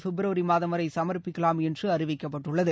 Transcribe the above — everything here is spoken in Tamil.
பிப்ரவரி மாதம் வரை சமர்ப்பிக்கலாம் என்று அறிவிக்கப்பட்டுள்ளது